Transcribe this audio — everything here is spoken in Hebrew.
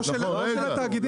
לא של התאגידים.